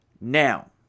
Now